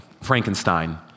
frankenstein